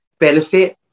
benefit